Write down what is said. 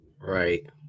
Right